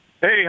Hey